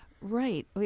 Right